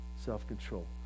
Self-control